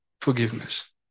forgiveness